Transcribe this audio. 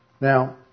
Now